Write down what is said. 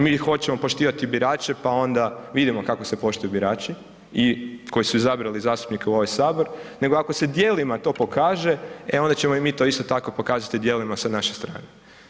Mi hoćemo poštivati birače pa onda vidimo kako se poštuju birači i koji su izabrali zastupnike u ovaj sabor, nego ako se djelima to pokaže, e onda ćemo i mi to isto tako pokazati djelima sa naše strane.